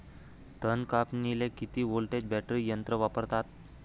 तन कापनीले किती व्होल्टचं बॅटरी यंत्र वापरतात?